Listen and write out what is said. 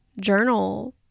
journal